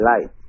light